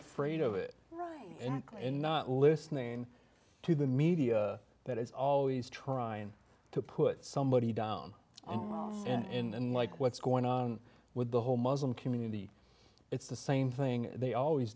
afraid of it right and not listening to the media that is always trying to put somebody down and like what's going on with the whole muslim community it's the same thing they always